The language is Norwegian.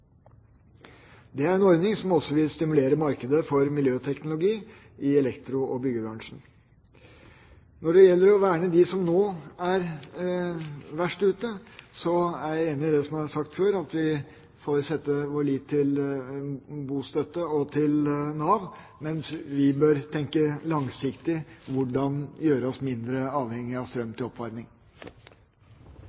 Det er en ordning som også vil stimulere markedet for miljøteknologi i elektro- og byggebransjen. Når det gjelder å verne dem som nå er verst ute, er jeg enig i det som er sagt før, at vi får sette vår lit til bostøtte og til Nav, mens vi bør tenke langsiktig med tanke på hvordan vi skal gjøre oss mindre avhengig av strøm